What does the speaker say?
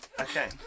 Okay